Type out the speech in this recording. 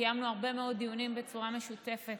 קיימנו הרבה מאוד דיונים בצורה משותפת